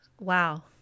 Wow